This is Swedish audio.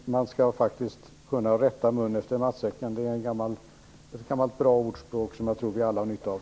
Man skall faktiskt kunna rätta munnen efter matsäcken. Det är ett gammalt bra ordspråk som jag tror att vi alla har nytta av.